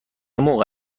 موقع